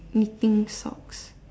knitting socks